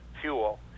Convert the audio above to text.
fuel